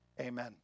Amen